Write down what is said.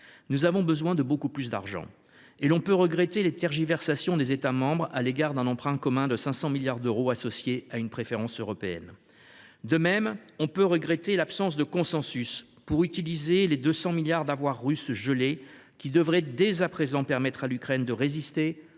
nous avons besoin de beaucoup plus d’argent, et l’on peut regretter les tergiversations des États membres à l’égard d’un emprunt commun de 500 milliards d’euros associé à une préférence européenne. De même, on peut regretter l’absence de consensus pour utiliser les 200 milliards d’euros d’avoirs russes gelés, qui devraient dès à présent permettre à l’Ukraine de résister,